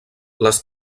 les